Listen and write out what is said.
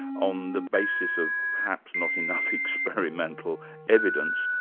on the basis of perhaps not enough experimental evidence,